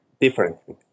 differently